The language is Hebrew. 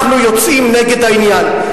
אנחנו יוצאים נגד העניין.